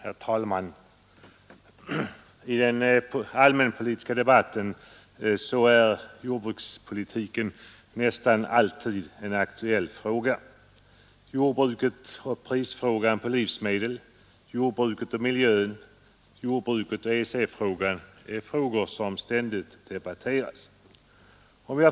Herr talman! I den allmänpolitiska debatten är jordbrukspolitiken nästan alltid en aktuell fråga. Jordbruket och priserna på livsmedel, jordbruket och miljön, jordbruket och EEC är frågor som ständigt debatteras.